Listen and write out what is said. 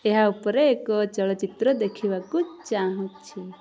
ଏହା ଉପରେ ଏକ ଚଳଚ୍ଚିତ୍ର ଦେଖିବାକୁ ଚାହୁଁଛି